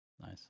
Nice